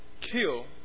kill